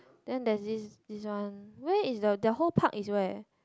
then there's this this one where is the that whole park is where